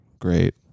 Great